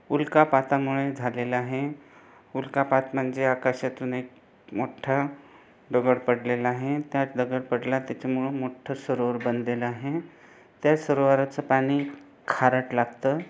उल्कापातामुळे झालेलं आहे उल्कापात म्हणजे आकाशातून एक मोठ्ठा दगड पडलेला आहे त्यात दगड पडला त्याच्यामुळं मोठ्ठं सरोवर बनलेलं आहे त्या सरोवराचं पाणी खारट लागतं